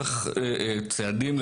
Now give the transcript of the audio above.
צריך צעדים,